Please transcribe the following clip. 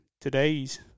today's